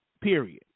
period